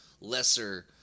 lesser